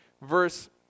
verse